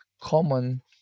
common